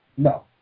No